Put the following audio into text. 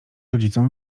rodzicom